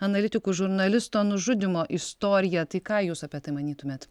analitikų žurnalisto nužudymo istorija tai ką jūs apie tai manytumėt